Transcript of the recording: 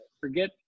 forget